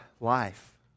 life